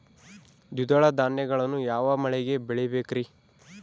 ದ್ವಿದಳ ಧಾನ್ಯಗಳನ್ನು ಯಾವ ಮಳೆಗೆ ಬೆಳಿಬೇಕ್ರಿ?